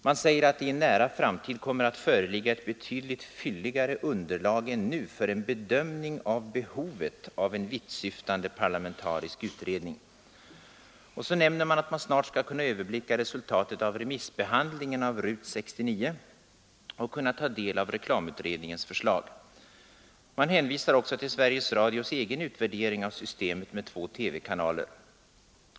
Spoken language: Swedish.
Man säger att ”det i en nära framtid kommer att föreligga ett betydligt fylligare underlag än nu för en bedömning av behovet av en vittsyftande parlamentarisk utredning”. Och så nämner utskottsmajoriteten att man snart skall kunna överblicka resultatet av remissbehandlingen av RUT 69 och kunna ta del av reklamutredningens förslag. Man hänvisar också till Sveriges Radios egen utvärdering av systemet med två TV-kanaler.